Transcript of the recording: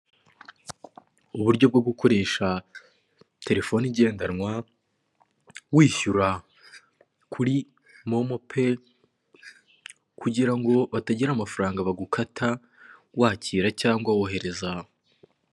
Uburyo bwo gukoresha terfone igendanwa, wishyura kuri momo peyi kugira ngo batagira amafaranga bagukata wakira cyangwa wohereza.